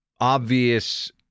obvious